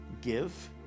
give